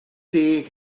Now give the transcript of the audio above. deg